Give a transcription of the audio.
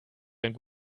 einen